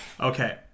Okay